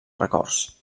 records